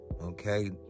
Okay